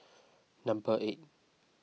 number eight